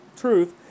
truth